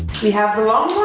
have the long